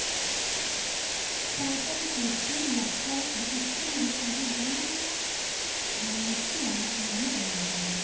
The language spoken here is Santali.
ᱥᱟᱶᱛᱟᱞᱤ ᱯᱟᱹᱨᱥᱤ ᱞᱟᱠᱪᱟᱨ ᱟᱨ ᱩᱯᱨᱩᱢ ᱨᱮ ᱟᱹᱰᱤ ᱜᱚᱱᱚᱝ ᱟᱱᱟᱜ ᱟᱨ ᱞᱟᱹᱠᱛᱤ ᱟᱱᱟᱜ ᱮᱱᱮᱢᱮ ᱮᱢ ᱟᱠᱟᱫᱟ